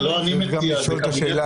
צריך גם לשאול את השאלה,